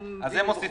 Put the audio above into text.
במשרד.